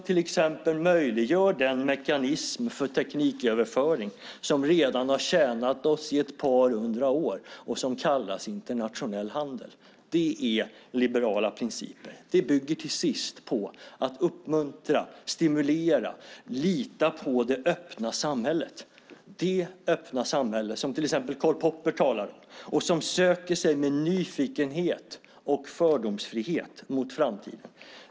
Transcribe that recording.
Det möjliggör den mekanism för tekniköverföring som redan har tjänat oss i ett par hundra år och som kallas internationell handel. Detta är liberala principer. De bygger på att uppmuntra, stimulera och lita på det öppna samhälle som till exempel Karl Popper talar om och som söker sig med nyfikenhet och fördomsfrihet mot framtiden.